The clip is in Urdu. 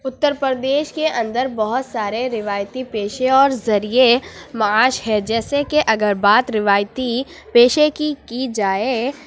اُترپردیش کے اندر بہت سارے روایتی پیشے اور ذریعے معاش ہیں جیسے کہ اگر بات روایتی پیشے کی کی جائے